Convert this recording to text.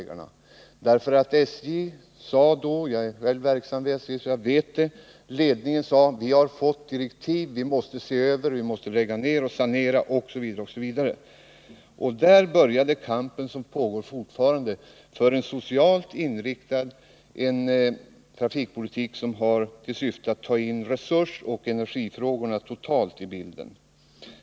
Ledningen för SJ sade då — jag är själv verksam vid SJ, så jag vet det: Vi har fått direktiv, vi måste se över, lägga ned och sanera osv. Där började den kamp som pågår fortfarande för en socialt inriktad trafikpolitik som tar in resursoch energifrågorna i en helhetsbild.